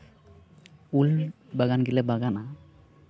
ᱩᱞ ᱵᱟᱜᱟᱱ ᱜᱮᱞᱮ ᱵᱟᱜᱟᱱᱟ